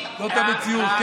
זאת המציאות.